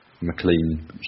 McLean